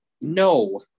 No